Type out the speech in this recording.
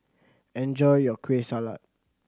enjoy your Kueh Salat